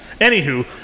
Anywho